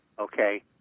okay